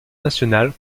national